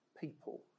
people